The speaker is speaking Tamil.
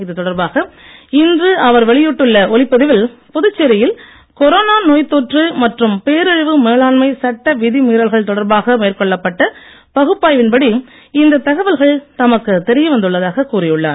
இது தொடர்பாக இன்று அவர் வெளியிட்டுள்ள ஒலிப்பதிவில் புதுச்சேரியில் கொரோனா நோய் தொற்று மற்றும் பேரழிவு மேலாண்மை சட்ட விதி மீறல்கள் தொடர்பாகமேற்கொள்ளப்பட்ட பகுப்பாய்வின்படி இந்த தகவல்கள் தமக்கு தெரியவந்துள்ளதாக கூறியுள்ளார்